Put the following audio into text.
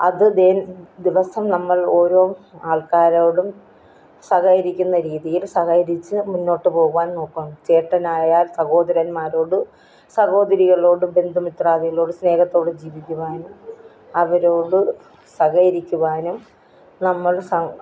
അത് തേൻ ദിവസം നമ്മൾ ഓരോ ആൾക്കാരോടും സഹകരിക്കുന്ന രീതിയിൽ സഹകരിച്ച് മുന്നോട്ടു പോകുവാൻ നോക്കണം ചേട്ടനായാൽ സഹോദരന്മാരോട് സർവോപരികളോട് ബന്ധുമിത്രാതികളോട് സ്നേഹത്തോടെ ജീവിക്കുവാൻ അവരോട് സഹകരിക്കുവാനും നമ്മൾ